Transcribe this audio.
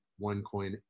OneCoin